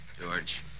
George